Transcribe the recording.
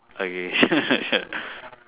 okay